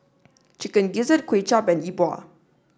Chicken Gizzard Kuay Chap and Yi Bua